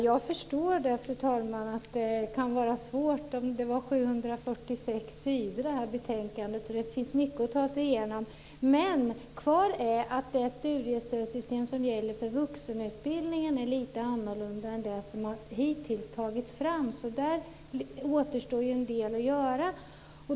Fru talman! Jag förstår att det kan vara svårt. Betänkandet var på 746 sidor, så det finns mycket att ta sig igenom. Men kvar är att det studiestödssystem som gäller för vuxenutbildningen är lite annorlunda än det som hittills har tagits fram. Där återstår alltså en del att göra.